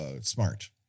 smart